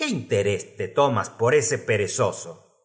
ué interés te tomas por ese perezoso